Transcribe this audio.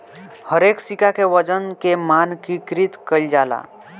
हरेक सिक्का के वजन के मानकीकृत कईल जाला